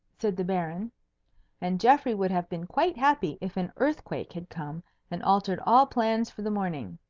said the baron and geoffrey would have been quite happy if an earthquake had come and altered all plans for the morning.